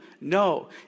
No